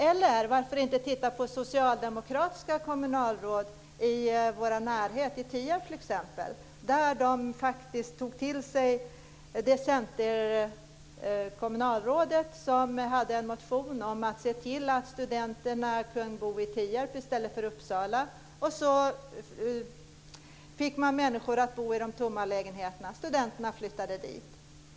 Eller varför inte titta på socialdemokratiska kommunalråd i vår närhet, t.ex. i Tierp. Där tog man faktiskt till sig det som centerkommunalrådet motionerade om, nämligen att man skulle se till att studenterna kunde bo i Tierp i stället för i Uppsala. På det sättet fick man människor att bo i de tomma lägenheterna. Studenterna flyttade dit.